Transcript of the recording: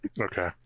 okay